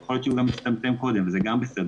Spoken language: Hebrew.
יכול להיות שהוא גם יצטמצם קודם וזה גם בסדר.